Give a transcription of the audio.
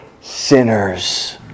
sinners